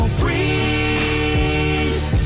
breathe